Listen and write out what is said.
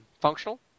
functional